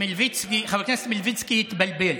חבר הכנסת מלביצקי התבלבל.